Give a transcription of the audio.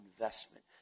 investment